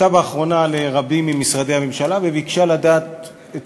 פנתה באחרונה לרבים ממשרדי הממשלה וביקשה לדעת את